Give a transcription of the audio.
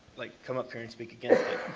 like come up here and speak against it,